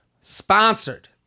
Sponsored